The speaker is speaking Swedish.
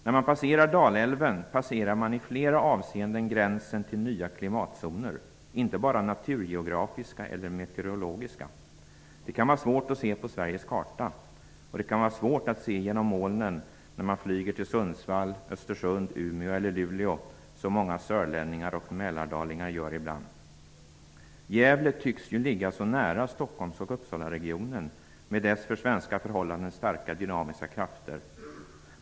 När man passerar Dalälven passerar man i flera avseenden gränsen till nya klimatzoner -- inte bara naturgeografiska eller meteorologiska. Det kan vara svårt att se på Sveriges karta. Och det kan vara svårt att se genom molnen, när man flyger till Sundsvall, Östersund, Umeå eller Luleå, som många sörlänningar och mälardalingar gör ibland. Gävle tycks ju ligga så nära Stockholms och Uppsalaregionen, med deras för svenska förhållanden starka dynamiska krafter.